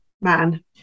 man